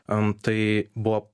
am tai buvo